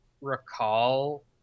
recall